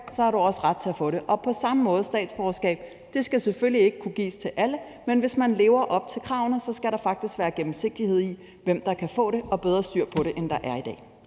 har du også ret til at få det. Og på samme måde med statsborgerskab: Det skal selvfølgelig ikke kunne gives til alle, men hvis man lever op til kravene, skal der faktisk være gennemsigtighed i, hvem der kan få det, og bedre styr på det, end der er i dag.